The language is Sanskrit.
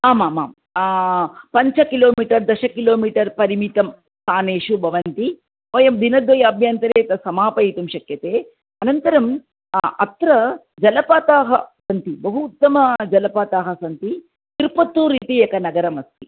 आमामाम् पञ्चकिलोमीटर् दशकिलोमीटर् परिमितं स्थानेषु भवन्ति वयं दिनद्वयाभ्यन्तरे तद् समापयितुं शक्यते अनन्तरं अत्र जलपाताः सन्ति बहू उत्तम जलपाताः सन्ति तिरुपत्तूर् इति एकं नगरमस्ति